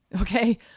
okay